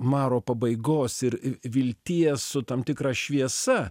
maro pabaigos ir vilties su tam tikra šviesa